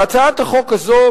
בהצעת החוק הזאת,